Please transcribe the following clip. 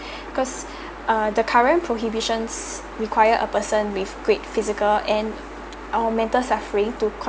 'cause uh the current prohibitions require a person with quick physical and uh mental suffering to